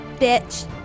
bitch